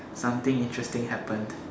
something interesting happened